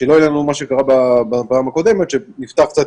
שלא יהיה לנו מה שקרה בפעם הקודמת שנפתח קצת